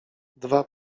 dwa